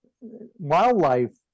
Wildlife